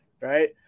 right